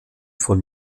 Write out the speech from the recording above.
von